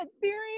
serious